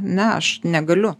ne aš negaliu